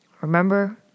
remember